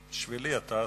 בשבילי אתה שר.